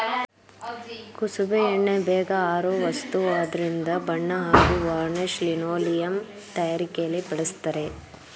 ಕುಸುಬೆ ಎಣ್ಣೆ ಬೇಗ ಆರೋ ವಸ್ತುವಾದ್ರಿಂದ ಬಣ್ಣ ಹಾಗೂ ವಾರ್ನಿಷ್ ಲಿನೋಲಿಯಂ ತಯಾರಿಕೆಲಿ ಬಳಸ್ತರೆ